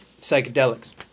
psychedelics